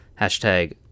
hashtag